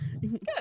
Good